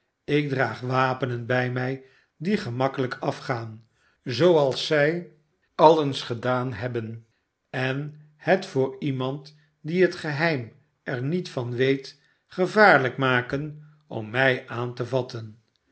ik draag wapenen bij mij die gemakkelijk afgaan zooals zij al eens gedaan hebben en het voor iemand die het geheim er niet van weet gevaarlijk maken om mij aan te vatten